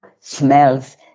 smells